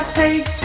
take